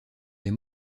des